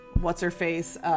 what's-her-face